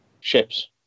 ships